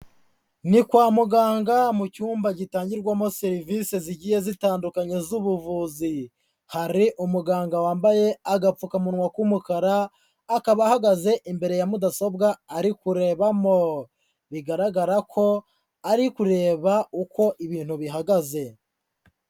Ni kwa muganga mu cyumba gitangirwamo serivisi zigiye zitandukanye z'ubuvuzi, hari umuganga wambaye agapfukamunwa k'umukara akaba ahagaze imbere ya mudasobwa ari kurebamo, bigaragara ko ari kureba uko ibintu bihagaze